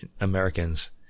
Americans